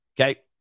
Okay